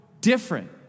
different